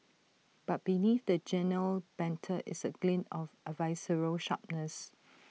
but beneath the genial banter is A glint of A visceral sharpness